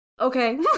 Okay